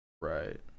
right